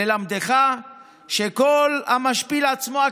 ללמדך שכל המשפיל עצמו,